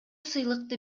сыйлыкты